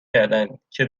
کردندکه